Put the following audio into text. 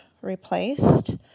replaced